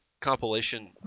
compilation